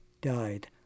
died